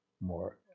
more